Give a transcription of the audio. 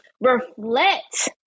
reflect